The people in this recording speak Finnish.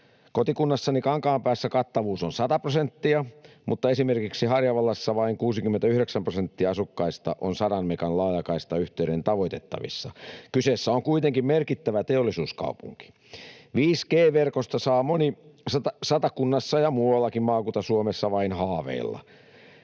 Kotikunnassani Kankaanpäässä kattavuus on 100 prosenttia, mutta esimerkiksi Harjavallassa vain 69 prosenttia asukkaista on 100 megan laajakaistayhteyden tavoitettavissa. Kyseessä on kuitenkin merkittävä teollisuuskaupunki. 5G-verkosta saa moni Satakunnassa ja muuallakin Maakunta-Suomessa vain haaveilla.